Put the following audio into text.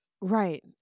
Right